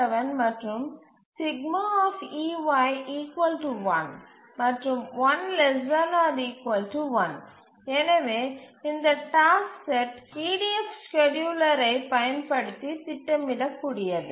67 மற்றும் மற்றும் 1 ≤ 1 எனவே இந்த டாஸ்க் செட் பு EDF ஸ்கேட்யூலர் ரைப் பயன்படுத்தி திட்டமிடக்கூடியது